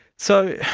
so,